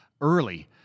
early